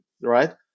right